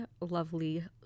lovely